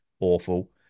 awful